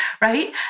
right